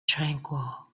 tranquil